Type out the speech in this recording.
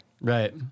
Right